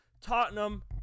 Tottenham